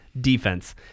defense